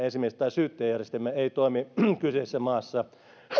esimerkiksi tuomioistuinjärjestelmä tai syyttäjäjärjestelmä ei toimi kyseisessä maassa